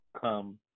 come